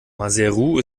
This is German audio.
maseru